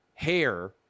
hair